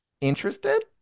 Interested